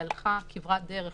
היא הלכה כברת דרך